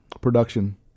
production